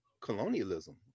colonialism